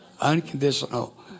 Unconditional